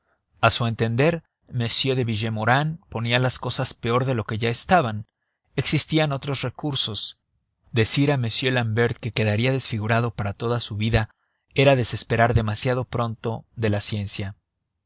aflicción a su entender m de villemaurin ponía las cosas peor de lo que ya estaban existían otros recursos decir a m l'ambert que quedaría desfigurado para toda su vida era desesperar demasiado pronto de la ciencia